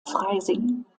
freising